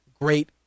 great